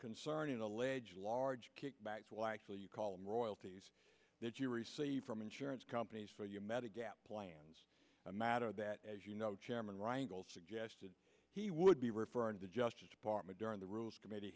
concerning alleged large kickbacks why are you calling royalties that you received from insurance companies for your method gap plans a matter that as you know chairman rangle suggested he would be referring to the justice department during the rules committe